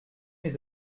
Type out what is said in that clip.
mes